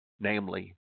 namely